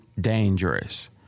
dangerous